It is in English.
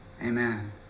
Amen